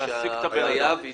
להשיג את האדם.